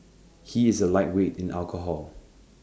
he is A lightweight in alcohol